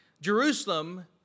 Jerusalem